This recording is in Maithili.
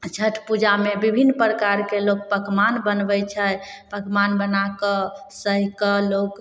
छठि पूजामे बिभिन्न प्रकारके लोक पकमान बनबै छै पकबान बनाकऽ सहि कऽ लोक